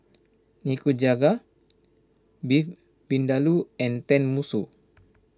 Nikujaga Beef Vindaloo and Tenmusu